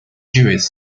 jewish